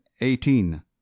eighteen